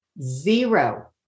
Zero